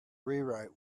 rewrite